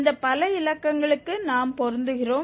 இந்த பல இலக்கங்களுக்கு நாம் பொருந்துகிறோம்